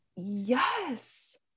yes